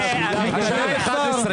השחיתות.